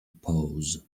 pose